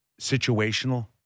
situational